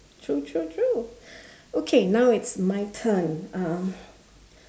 true true true okay now it's my turn um